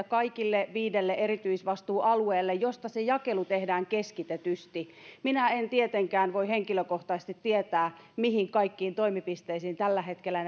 kaikille viidelle erityisvastuualueelle joista se jakelu tehdään keskitetysti minä en tietenkään voi henkilökohtaisesti tietää mihin kaikkiin toimipisteisiin tällä hetkellä